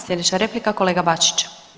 Sljedeća replika kolega Bačić.